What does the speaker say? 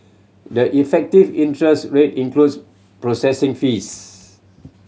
the effective interest rate includes processing fees